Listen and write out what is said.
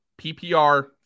PPR